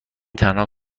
تنها